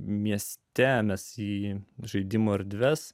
mieste mes į žaidimų erdves